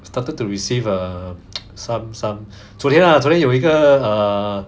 started to receive some some 昨天 ah 昨天有一个 err